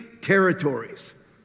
territories